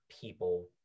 people